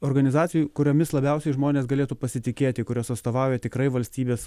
organizacijų kuriomis labiausiai žmonės galėtų pasitikėti kurios atstovauja tikrai valstybės